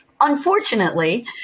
Unfortunately